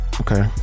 Okay